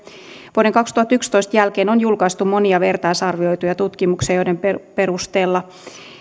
vuoden kaksituhattayksitoista jälkeen on julkaistu monia vertaisarvioituja tutkimuksia joiden perusteella